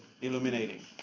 Illuminating